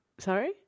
Sorry